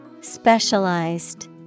Specialized